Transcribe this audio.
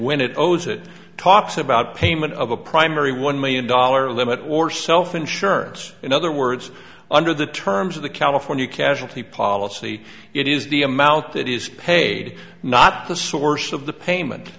when it goes it talks about payment of a primary one million dollar limit or self insurance in other words under the terms of the california casualty policy it is the amount that is paid not the source of the payment